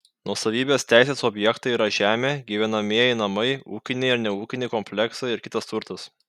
nuosavybės teisės objektai yra žemė gyvenamieji namai ūkiniai ir neūkiniai kompleksai ir kitas turtas